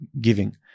giving